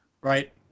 Right